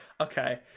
Okay